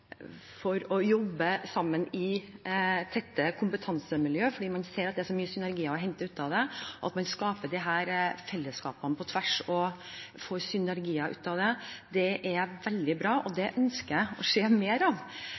fordi man ser at det er så mye synergier å hente ut av det, at man skaper disse fellesskapene på tvers og får synergier ut av det. Det er veldig bra, og det ønsker jeg å se mer av.